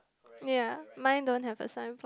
ya mine don't have a signboard